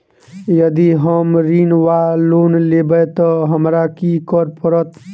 यदि हम ऋण वा लोन लेबै तऽ हमरा की करऽ पड़त?